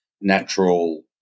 natural